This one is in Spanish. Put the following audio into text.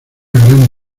gran